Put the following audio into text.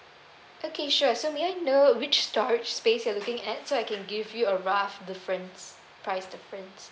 okay sure so may I know which storage space you're looking at so I can give you a rough difference price difference